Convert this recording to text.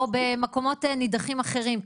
או במקומות נידחים אחרים,